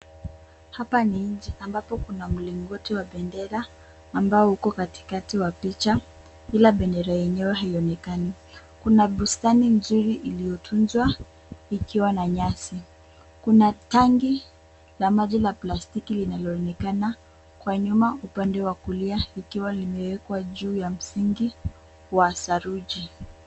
Hapa ni nje, ambapo kuna mlingoti wa bendera ambao uko katikati ya picha, ila bendera yenyewe haionekani. Kuna bustani nzuri iliyotunzwa ikiwa na nyasi. Kuna tanki la maji la plastiki linaloonekana kwa nyuma, upande wa kulia, ikiwa limewekwa juu ya msingi wa saruji.